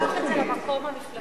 שלא ייקח את זה למקום המפלגתי.